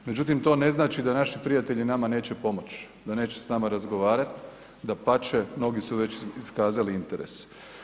Međutim, to ne znači da naši prijatelji nama neće pomoć, da neće s nama razgovarat dapače, mnogi su već iskazali interes.